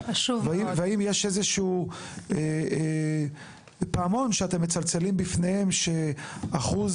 והאם יש איזשהו פעמון שאתם מצלצלים בפניהם שאחוז